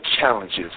challenges